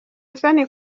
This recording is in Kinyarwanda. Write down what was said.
isoni